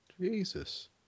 Jesus